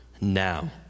now